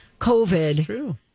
COVID